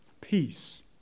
Peace